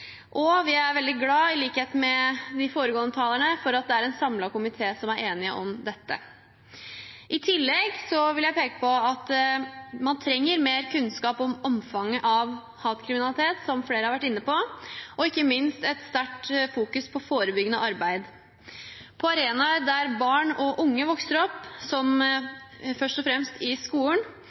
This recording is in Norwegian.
Og vi er, i likhet med de foregående talerne, veldig glade for at det er en samlet komité som er enige om dette. I tillegg vil jeg peke på at man trenger mer kunnskap om omfanget av hatkriminalitet, som flere har vært inne på, og ikke minst et sterkt fokus på forebyggende arbeid. På arenaer der barn og unge vokser opp, først og fremst i skolen,